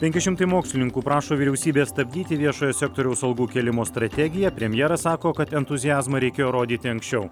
penki šimtai mokslininkų prašo vyriausybės stabdyti viešojo sektoriaus algų kėlimo strategiją premjeras sako kad entuziazmą reikėjo rodyti anksčiau